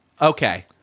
Okay